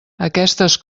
aquestes